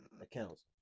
accounts